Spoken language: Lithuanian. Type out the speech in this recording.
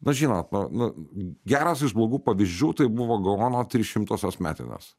na žinot nu nu geras iš blogų pavyzdžių tai buvo gaono trys šimtosios metinės